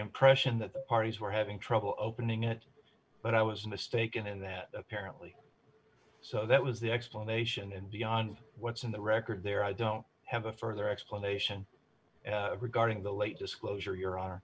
impression that the parties were having trouble opening it but i was mistaken in that apparently so that was the explanation and beyond what's on the record there i don't have a further explanation regarding the late disclosure your honor